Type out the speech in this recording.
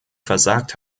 versagt